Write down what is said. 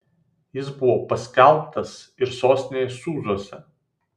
jis buvo paskelbtas ir sostinėje sūzuose